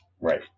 Right